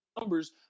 numbers